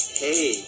hey